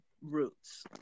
roots